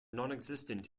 nonexistent